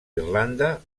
irlanda